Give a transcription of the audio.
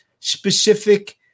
specific